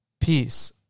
Peace